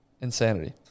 Insanity